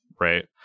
right